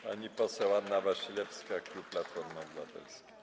Pani poseł Anna Wasilewska, klub Platforma Obywatelska.